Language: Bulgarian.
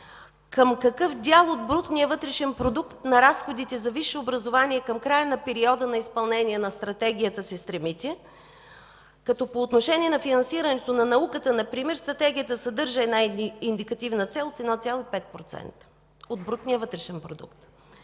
към какъв дял от брутния вътрешен продукт на разходите за висше образование към края на периода на изпълнение на Стратегията се стремите, като по отношение на финансирането на науката например Стратегията съдържа една индикативна цел с 1,5% от брутния вътрешен продукт?